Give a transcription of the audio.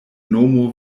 nomo